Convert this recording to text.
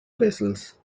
vessels